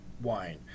wine